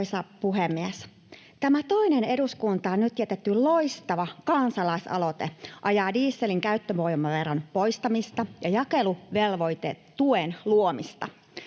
Arvoisa puhemies! Tämä toinen eduskuntaan nyt jätetty loistava kansalaisaloite ajaa dieselin käyttövoimaveron poistamista ja jakeluvelvoitetuen luomista.